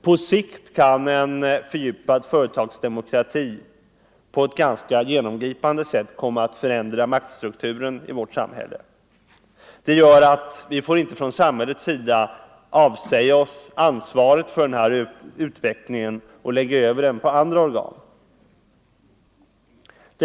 På sikt kan en fördjupad företagsdemokrati på ett ganska genomgripande sätt komma att förändra maktstrukturen i vårt samhälle. Därför får vi inte avsäga oss ansvaret för denna utveckling och lägga över den på andra organ.